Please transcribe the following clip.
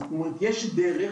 יש דרך,